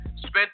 spent